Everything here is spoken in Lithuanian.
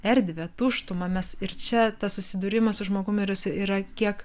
erdvę tuštumą mes ir čia tas susidūrimas su žmogum ir jis yra kiek